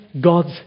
God's